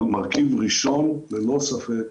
אבל מרכיב ראשון ללא ספק,